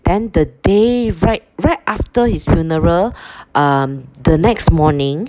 then the day right right after his funeral um the next morning